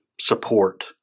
support